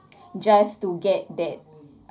just to get that